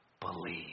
believe